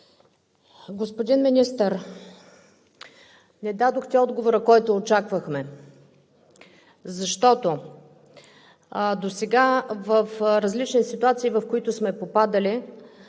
Господин Министър, не дадохте отговора, който очаквахме, защото досега в различни ситуации, в които сме попадали,